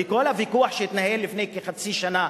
וכל הוויכוח שהתנהל לפני כחצי שנה,